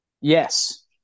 Yes